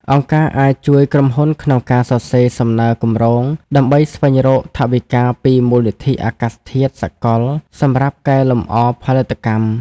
អង្គការអាចជួយក្រុមហ៊ុនក្នុងការសរសេរសំណើគម្រោង ដើម្បីស្វែងរកថវិកាពីមូលនិធិអាកាសធាតុសកលសម្រាប់កែលម្អផលិតកម្ម។